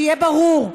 שיהיה ברור,